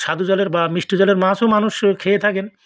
স্বাদু জলের বা মিষ্টি জলের মাছও মানুষ খেয়ে থাকেন